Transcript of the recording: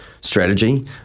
strategy